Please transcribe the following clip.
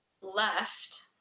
left